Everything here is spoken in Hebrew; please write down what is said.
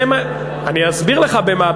אני אסביר לך במה,